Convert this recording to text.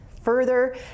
Further